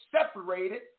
separated